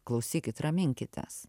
klausykit raminkitės